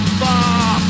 far